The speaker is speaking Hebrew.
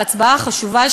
ההצעה החשובה,